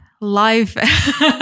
life